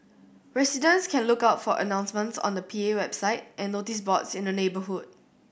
residents can look out for announcements on the P A website and notice boards in the neighbourhood